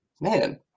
man